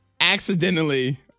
accidentally